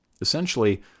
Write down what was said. Essentially